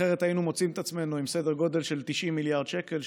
אחרת היינו מוצאים את עצמנו עם סדר גודל של 90 מיליארד שקל,